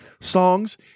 songs